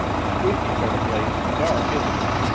spooky sort of place in the dark, isn't it?